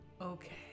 Okay